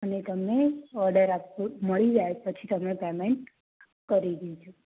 ને તમને ઓર્ડર આપનો મળી જાય પછી તમે પેમેન્ટ કરી દેજો